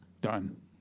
done